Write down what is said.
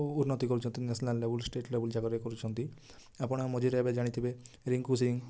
ଉନ୍ନତି କରୁଛନ୍ତି ନ୍ୟାସନାଲ୍ ଲେବଲ୍ ଷ୍ଟେଟ୍ ଲେବଲ୍ ଯାକରେ କରୁଛନ୍ତି ଆପଣ ମଝିରେ ଏବେ ଜାଣିଥିବେ ରିଙ୍କୁ ସିଂ